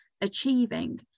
achieving